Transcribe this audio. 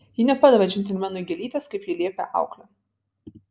ji nepadavė džentelmenui gėlytės kaip jai liepė auklė